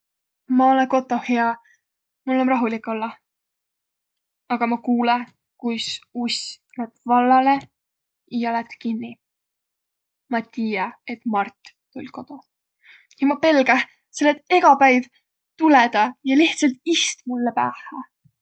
Ma olõ kotoh ja mul om rahulik ollaq. Aga ma kuulõ, kuis uss' lätt vallalõ ja lätt kinniq. Ma tiiä, et Mart tull' kodo. Ja ma pelgä, selle et ega päiv tulõ tä ja lihtsalt ist mullõ päähä.